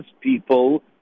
people